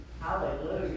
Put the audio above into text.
Hallelujah